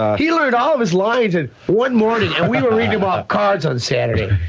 ah he learned all of his lines in one morning, and we were reading them off cards on saturday.